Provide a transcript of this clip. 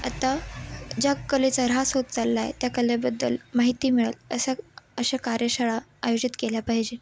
आता ज्या कलेचा ऱ्हास होत चालला आहे त्या कलेबद्दल माहिती मिळेल असा अशा कार्यशाळा आयोजित केल्या पाहिजे